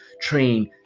train